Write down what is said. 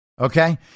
Okay